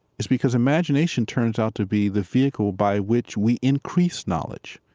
is because imagination turns out to be the vehicle by which we increase knowledge.